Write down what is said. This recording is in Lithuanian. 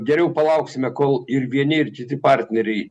geriau palauksime kol ir vieni ir kiti partneriai